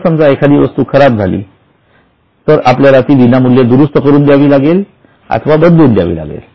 जर समजा एखादी वस्तू खराब झाली तर आपल्याला ती विनामूल्य दुरुस्त करून द्यावी लागेल अथवा बदलून द्यावी लागेल